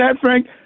Frank